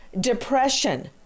Depression